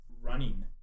running